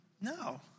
No